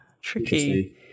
tricky